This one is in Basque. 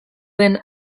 den